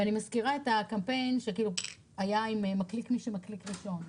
ואני מזכירה את הקמפיין שהיה עם 'מדליק מי שמקליק ראשון'.